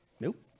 Nope